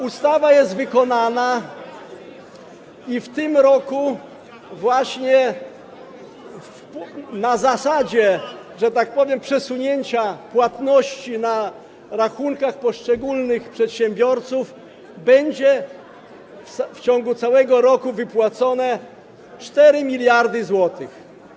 Ustawa jest wykonana i w tym roku na zasadzie, że tak powiem, przesunięcia płatności na rachunkach poszczególnych przedsiębiorców będzie w ciągu całego roku wypłacona kwota 4 mld zł.